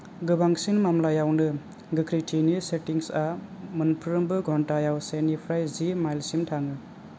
गोबांसिन मामलायावनो गोख्रैथिनि सेटिंग्सा मोनफ्रोमबो घंटायाव से निफ्राय जि माइलसिम थाङो